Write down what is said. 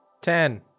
Ten